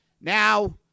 Now